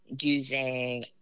using